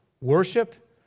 worship